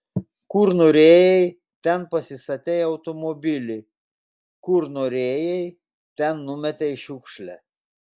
kur norėjai ten pasistatei automobilį kur norėjai ten numetei šiukšlę